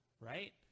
right